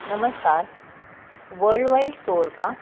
नमस्कार worldwide store का